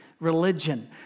religion